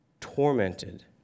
tormented